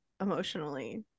emotionally